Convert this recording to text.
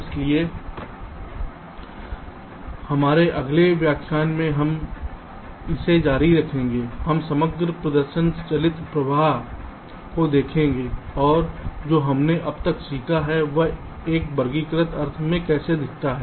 इसलिए हमारे अगले व्याख्यान में हम इसे जारी रखेंगे हम समग्र प्रदर्शन चालित प्रवाह को देखेंगे और जो हमने अब तक सीखा है और यह एक एकीकृत अर्थ में कैसा दिखता है